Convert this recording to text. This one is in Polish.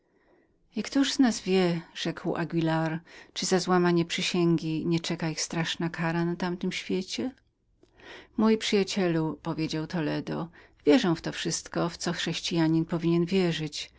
z nas wie rzekł anguilar czyli za złamanie przysięgi nie czeka go straszna kara na tamtym świecie mój przyjacielu mówił toledo wierzę w to wszystko w co chrześcijanin powinien wierzyć